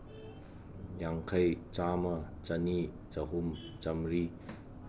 ꯌꯥꯡꯈꯩ ꯆꯥꯝꯃ ꯆꯅꯤ ꯆꯍꯨꯝ ꯆꯥꯝꯃꯔꯤ